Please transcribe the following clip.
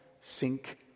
sink